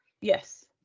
Yes